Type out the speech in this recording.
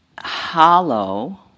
hollow